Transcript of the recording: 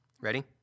Ready